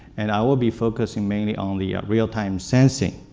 and i will be focusing mainly on the real-time sensing.